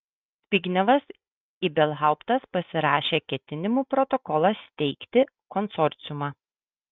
zbignevas ibelhauptas pasirašė ketinimų protokolą steigti konsorciumą